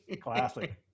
Classic